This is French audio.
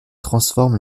transforme